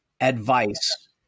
advice